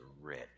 rich